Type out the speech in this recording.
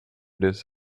this